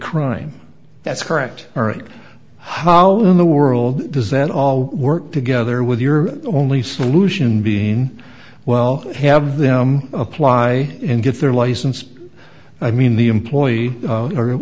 crime that's correct how in the world does that all work together with your only solution being well have them apply and get their license i mean the employee or